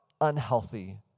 unhealthy